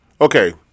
Okay